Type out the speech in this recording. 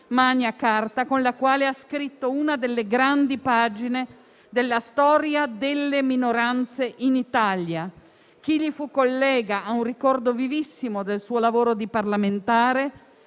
*Magna Charta*, con la quale ha scritto una delle grandi pagine della storia delle minoranze in Italia. Chi gli fu collega ha un ricordo vivissimo del suo lavoro di parlamentare